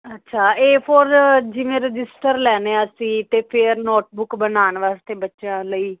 ਅੱਛਾ A four ਜਿਵੇਂ register ਲੈਣੇ ਆ ਅਸੀਂ ਅਤੇ ਫੇਰ ਨੋਟਬੁੱਕ ਬਣਾਉਣ ਵਾਸਤੇ ਬੱਚਿਆਂ ਲਈ